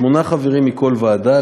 שמונה חברים מכל ועדה,